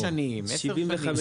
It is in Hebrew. חמש שנים, עשר שנים.